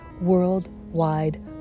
worldwide